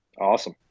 Awesome